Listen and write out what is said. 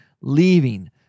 leaving